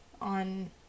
on